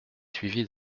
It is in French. suivi